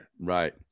Right